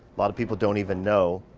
lot of people don't even know